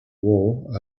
wall